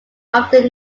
often